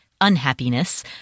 unhappiness